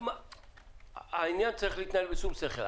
העניין צריך להתנהל בשום-שכל.